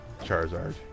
Charizard